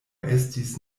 estis